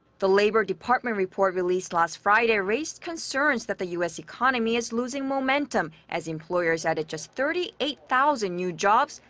the labor department report released last friday raised concerns that the u s. economy is losing momentum, as employers added just thirty eight thousand new jobs,